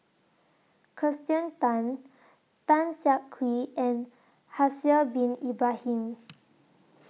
Kirsten Tan Tan Siah Kwee and Haslir Bin Ibrahim